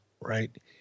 right